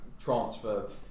transfer